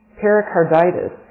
pericarditis